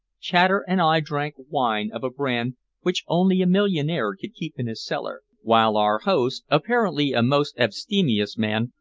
chater and i drank wine of a brand which only a millionaire could keep in his cellar, while our host, apparently a most abstemious man,